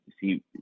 see